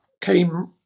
came